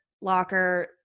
Locker